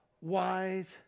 wise